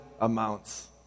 amounts